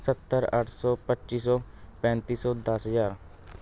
ਸੱਤਰ ਅੱਠ ਸੌ ਪੱਚੀ ਸੌ ਪੈਂਤੀ ਸੌ ਦਸ ਹਜ਼ਾਰ